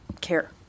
care